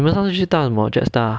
你们上次搭的是什么 jetstar ah